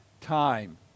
time